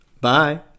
Bye